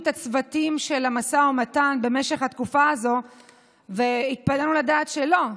את הצוותים של המשא ומתן במשך התקופה הזאת והתפלאנו לדעת שלא,